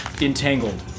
entangled